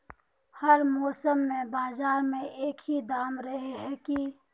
हर मौसम में बाजार में एक ही दाम रहे है की?